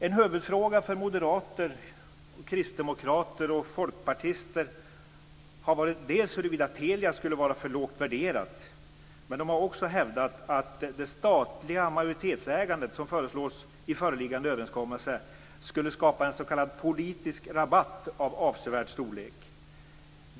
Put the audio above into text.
En huvudfråga för moderater, kristdemokrater och folkpartister har varit dels huruvida Telia skulle vara för lågt värderat, dels har de hävdat att det statliga majoritetsägandet som föreslås i föreliggande överenskommelse skulle skapa en s.k. politisk rabatt av avsevärd storlek.